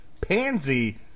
Pansy